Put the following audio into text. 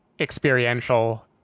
experiential